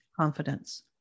confidence